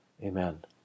Amen